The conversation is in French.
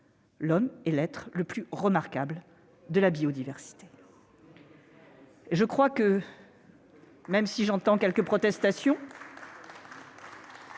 L'homme est bien l'être le plus remarquable de la biodiversité. Même si j'entends quelques protestations,